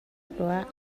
tuah